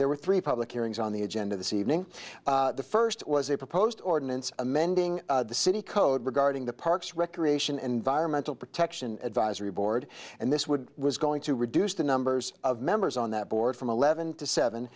there were three public hearings on the agenda this evening the first was a proposed ordinance amending the city code regarding the parks recreation environmental protection advisory board and this would was going to reduce the numbers of members on that board from eleven to seven